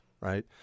Right